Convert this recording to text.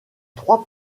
trois